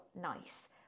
nice